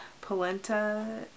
polenta